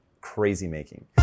crazy-making